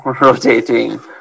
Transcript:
rotating